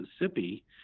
Mississippi